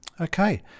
Okay